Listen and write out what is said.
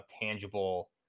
tangible